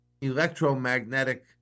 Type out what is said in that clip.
electromagnetic